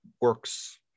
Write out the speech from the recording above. works